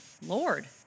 Lord